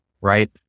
right